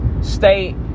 state